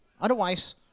Otherwise